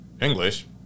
English